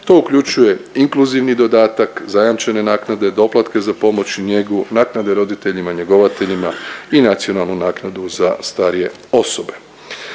To uključuje inkluzivni dodatak, zajamčene naknade, doplatke za pomoć i njegu, naknade roditeljima njegovateljima i nacionalnu naknadu za starije osobe.